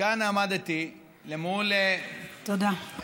כאן עמדתי למול, תודה.